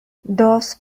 those